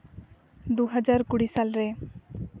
ᱫᱩ ᱦᱟᱡᱟᱨ ᱠᱩᱲᱤ ᱥᱟᱞᱨᱮ